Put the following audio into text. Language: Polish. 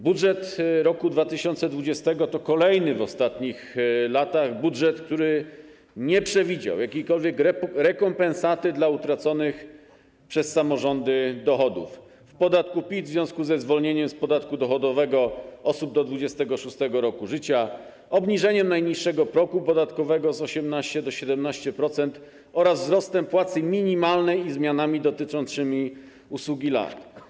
Budżet roku 2020 to kolejny w ostatnich latach budżet, który nie przewidział jakiejkolwiek rekompensaty dla utraconych przez samorządy dochodów w podatku PIT w związku ze zwolnieniem z podatku dochodowego osób do 26. roku życia, obniżeniem najniższego progu podatkowego z 18% do 17% oraz wzrostem płacy minimalnej i zmianami dotyczącymi wysługi lat.